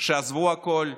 שעזבו הכול,